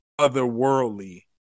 otherworldly